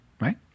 right